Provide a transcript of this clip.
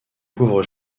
couvre